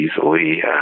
easily